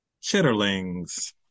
Chitterlings